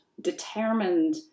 determined